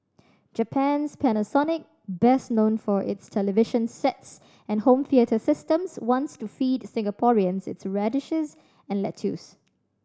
Japan's Panasonic best known for its television sets and home theatre systems wants to feed Singaporeans its radishes and lettuce